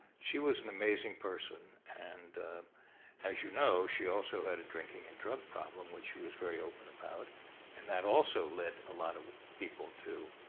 she was an amazing person and as you know she also had a drinking and drug problem, which she was very open about and that also led a lot of people to